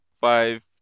five